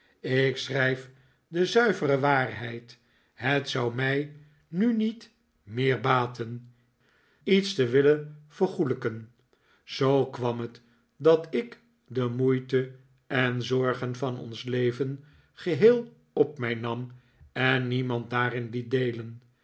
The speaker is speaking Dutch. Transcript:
ik schrijf de zuivere waarheid het zou mij nu niet meer baten iets te willen vergoelijken zoo kwam het dat ik de moeiten en zorgen van ons leven geheel op mij nam en niemand daarin liet deelen